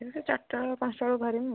ସେଇ ଚାରିଟା ପାଞ୍ଚଟା ବେଳକୁ ବାହାରିବି